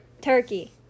Turkey